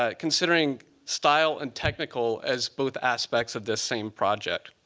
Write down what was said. ah considering style and technical as both aspects of the same project.